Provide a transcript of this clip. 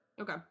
Okay